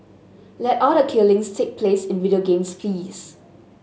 let all the killings take place in video games please